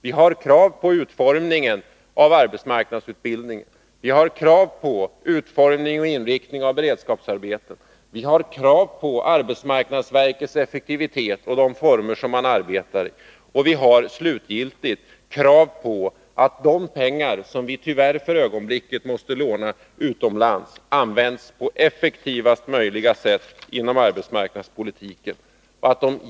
Vi har krav på utformningen av arbetsmarknadsutbildningen, på utformningen och inriktningen av beredskapsarbetena, på arbetsmarknadsverkets effektivitet och de former som man där arbetar i och, slutligen, på att de pengar som vi tyvärr för ögonblicket måste låna utomlands används på effektivast möjliga sätt inom arbetsmarknadspolitiken.